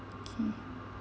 okay